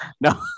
No